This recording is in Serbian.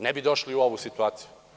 Ne bi došli u ovu situaciju.